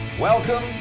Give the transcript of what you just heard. Welcome